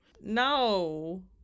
No